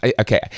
okay